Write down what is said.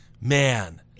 man